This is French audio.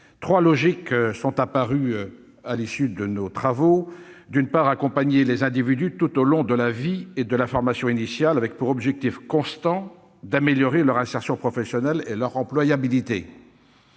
Trois nécessités se sont dégagées à l'issue de nos travaux : accompagner les individus tout au long de la vie et lors de la formation initiale, avec pour objectif constant d'améliorer leur insertion professionnelle et leur employabilité